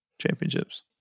championships